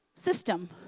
system